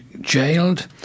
jailed